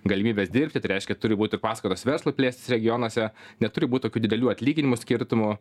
galimybes dirbti tai reiškia turi būt ir paskatos verslui plėstis regionuose neturi būt tokių didelių atlyginimų skirtumų